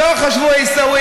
לא חשבו על ג'בל מוכבר?